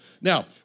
Now